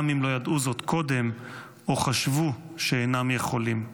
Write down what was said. גם אם לא ידעו זאת קודם או חשבו שאינם יכולים.